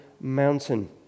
mountain